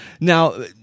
Now